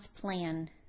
plan